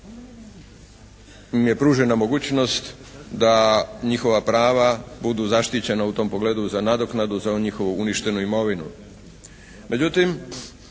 mi je pružena mogućnost da njihova prava budu zaštićena u tom pogledu za nadoknadu za njihovu uništenu imovinu.